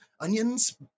Onions